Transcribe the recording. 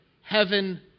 heaven